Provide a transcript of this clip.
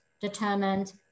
determined